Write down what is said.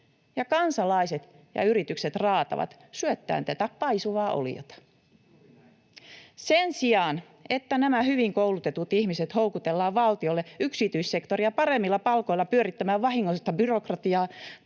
ja kansalaiset ja yritykset raatavat syöttäen tätä paisuvaa oliota. [Perussuomalaisten ryhmästä: Juuri näin!] Sen sijaan että nämä hyvin koulutetut ihmiset houkutellaan valtiolle yksityissektoria paremmilla palkoilla pyörittämään vahingollista byrokratiaa,